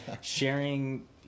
sharing